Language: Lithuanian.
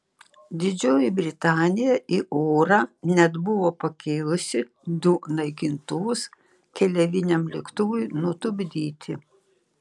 didžioji britanija į orą net buvo pakėlusi du naikintuvus keleiviniam lėktuvui nutupdyti